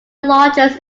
largest